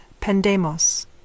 Pendemos